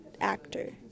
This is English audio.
actor